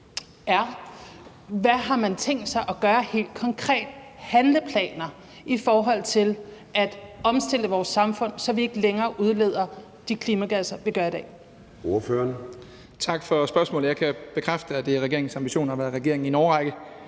er der, har tænkt sig at gøre helt konkret. Er der handleplaner i forhold til at omstille vores samfund, så vi ikke længere udleder de klimagasser, vi gør i dag?